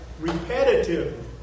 repetitive